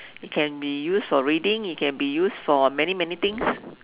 it can be used for reading it can be used for many many things